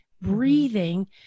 Breathing